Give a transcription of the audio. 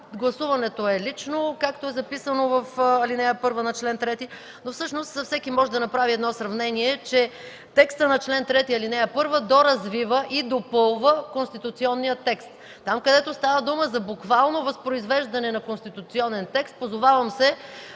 Гласуването е лично, както е записано в ал. 1 на чл. 3, но всъщност всеки може да направи едно сравнение, че текстът на чл. 3, ал. 1 доразвива и допълва конституционния текст. Там, където става дума за буквално възпроизвеждане на конституционен текст, позовавам се